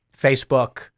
Facebook